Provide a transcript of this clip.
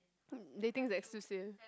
hmm dating is like exclusive